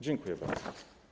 Dziękuję bardzo.